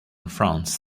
france